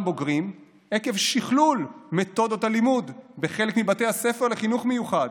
בוגרים עקב שכלול מתודות הלימוד בחלק מבתי הספר לחינוך מיוחד